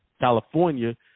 California